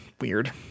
weird